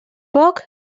poc